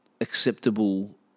acceptable